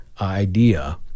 idea